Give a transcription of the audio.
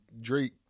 Drake